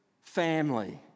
family